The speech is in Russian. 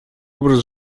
образ